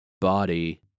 body